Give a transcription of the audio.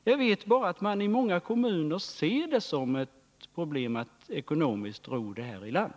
Jag vet bara att man i många kommuner ser det som ett problem att ekonomiskt ro detta i land.